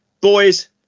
Boys